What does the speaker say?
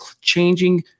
changing